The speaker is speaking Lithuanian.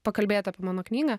pakalbėti apie mano knygą